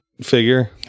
figure